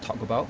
talk about